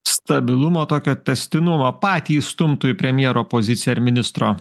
stabilumo tokio tęstinumo patį stumtų į premjero poziciją ar ministro